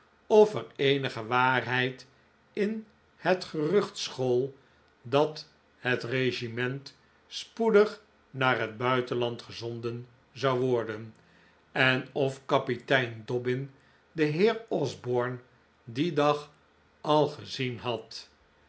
of er eenige waarheid in het gerucht school dat het regiment spoedig naar het buitenland gezonden zou worden en of kapitein dobbin den heer osborne dien dag al gezien had